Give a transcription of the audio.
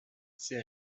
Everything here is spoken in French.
ces